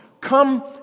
Come